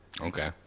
Okay